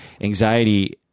Anxiety